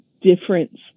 difference